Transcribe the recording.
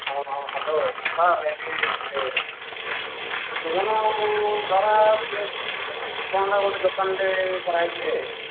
ହଁ ହଁ ହ୍ୟାଲୋ ହଁ ବରା ପିଆଜି ଦୋକାନଟେ କରା ହେଇଛି ଯେ